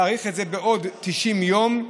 להאריך את זה בעוד 90 יום,